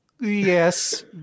Yes